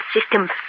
system